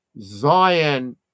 Zion